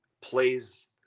plays